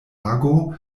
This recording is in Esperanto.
ago